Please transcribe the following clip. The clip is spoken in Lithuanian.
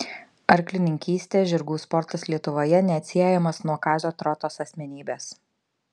arklininkystė žirgų sportas lietuvoje neatsiejamas nuo kazio trotos asmenybės